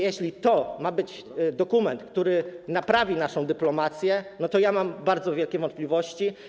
Jeśli to ma być dokument, który naprawi naszą dyplomację, to ja mam bardzo wielkie wątpliwości.